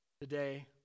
today